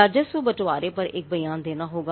राजस्व बंटवारे पर एक बयान देना होगा